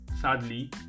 Sadly